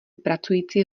pracující